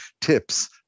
tips